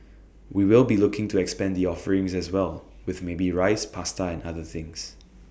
we will be looking to expand the offerings as well with maybe Rice Pasta and other things